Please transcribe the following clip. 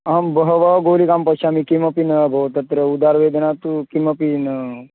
आं बहवः गुलिकां पश्यामि किमपि न अभवत् तत्र उदरवेदना तु किमपि न